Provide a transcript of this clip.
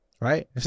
Right